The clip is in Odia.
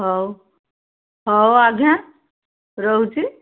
ହଉ ହଉ ଆଜ୍ଞା ରହୁଛି